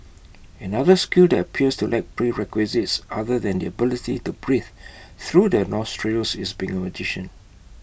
another skill that appears to lack prerequisites other than the ability to breathe through the nostrils is being A magician